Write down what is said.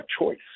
choice